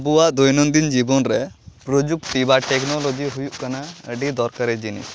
ᱟᱵᱚᱣᱟᱜ ᱫᱳᱭᱱᱚᱱᱫᱤᱱ ᱡᱤᱵᱚᱱᱨᱮ ᱯᱨᱚᱡᱩᱠᱛᱤ ᱵᱟ ᱴᱮᱠᱱᱳᱞᱚᱡᱤ ᱦᱩᱭᱩᱜ ᱠᱟᱱᱟ ᱟᱹᱰᱤ ᱫᱚᱨᱠᱟᱨᱤ ᱡᱤᱱᱤᱥ